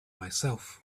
myself